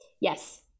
Yes